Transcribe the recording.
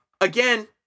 again